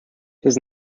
his